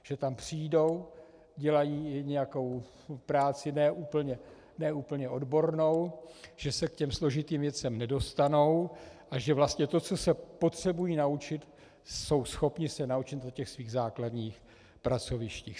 Že tam přijdou, dělají nějakou práci, ne úplně odbornou, že se k těm složitým věcem nedostanou a že vlastně to, co se potřebují naučit, jsou schopni se naučit na svých základních pracovištích.